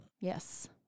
Yes